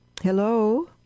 Hello